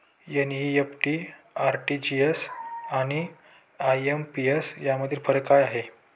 NEFT, RTGS आणि IMPS यामधील फरक काय आहे?